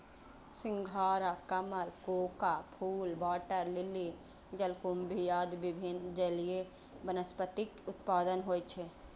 सिंघाड़ा, कमल, कोका फूल, वाटर लिली, जलकुंभी आदि विभिन्न जलीय वनस्पतिक उत्पादन होइ छै